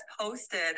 posted